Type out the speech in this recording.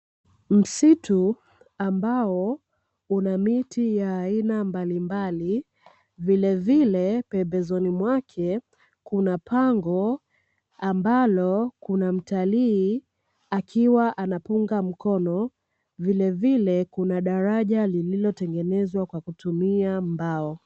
Msitu ambao una miti ya aina mbalimbali, vilevile pembezoni mwake kuna pango ambalo kuna mtalii akiwa anapunga mkono, vilevile kuna daraja lililotengenezwa kwa kutumia mbao.